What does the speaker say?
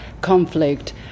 conflict